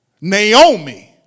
Naomi